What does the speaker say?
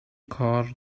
کار